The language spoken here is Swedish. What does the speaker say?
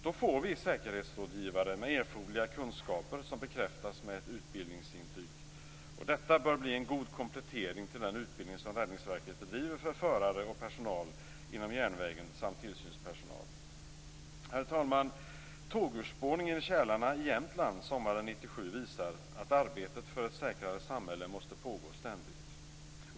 Då får vi säkerhetsrådgivare med erforderliga kunskaper som bekräftas med ett utbildningsintyg. Detta bör bli en god komplettering till den utbildning som Herr talman! Tågurspårningen i Kälarne i Jämtland sommaren 1997 visar att arbetet för ett säkrare samhälle ständigt måste pågå.